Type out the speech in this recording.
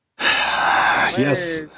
Yes